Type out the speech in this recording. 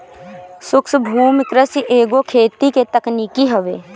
शुष्क भूमि कृषि एगो खेती के तकनीक हवे